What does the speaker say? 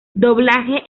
doblaje